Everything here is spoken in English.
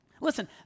Listen